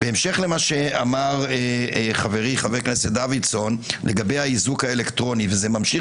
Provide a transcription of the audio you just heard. בהמשך למה שאמר חברי חבר הכנסת דוידסון לגבי האיזוק האלקטרוני וזה ממשיך